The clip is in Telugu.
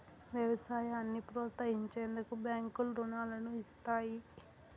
వ్యవసాయాన్ని ప్రోత్సహించేందుకు బ్యాంకులు రుణాలను ఇస్తాయి